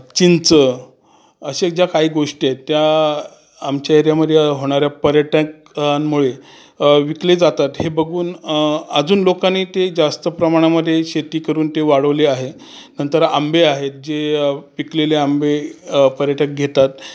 चिंच असे ज्या काही गोष्टी आहेत त्या आमच्या एरियामध्ये होणाऱ्या पर्यटकांमुळे विकले जातात हे बघून आजून लोकांनी ते जास्त प्रमाणामध्ये शेती करून ते वाढवले आहे नंतर आंबे आहेत जे पिकलेले आंबे पर्यटक घेतात